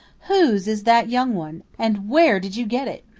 whose is that young one, and where did you get it?